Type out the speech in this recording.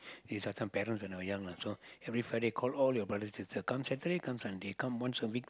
this this one parents when I was young lah so every Friday call all your brothers sisters come Saturday come Sunday come once a week